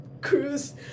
cruise